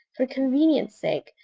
for convenience' sake,